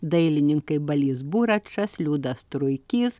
dailininkai balys buračas liudas truikys